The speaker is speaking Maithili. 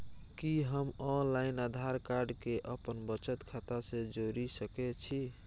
कि हम ऑनलाइन आधार कार्ड के अपन बचत खाता से जोरि सकै छी?